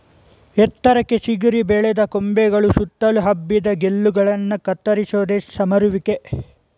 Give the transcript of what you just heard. ಎತ್ತರಕ್ಕೆ ಚಿಗುರಿ ಬೆಳೆದ ಕೊಂಬೆಗಳು ಸುತ್ತಲು ಹಬ್ಬಿದ ಗೆಲ್ಲುಗಳನ್ನ ಕತ್ತರಿಸೋದೆ ಸಮರುವಿಕೆ